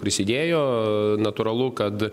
prisidėjo natūralu kad